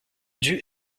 due